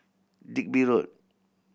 Digby Road